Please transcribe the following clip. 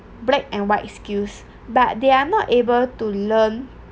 black and white skills but they are not able to learn